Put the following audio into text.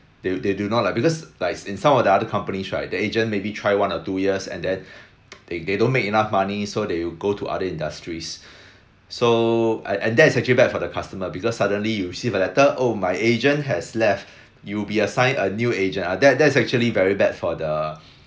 they they do not like because like in some of the other companies right the agent maybe try one or two years and then they they don't make enough money so they will go to other industries so and and that is actually bad for the customer because suddenly you receive a letter oh my agent has left you'll be assigned a new agent uh that that is actually very bad for the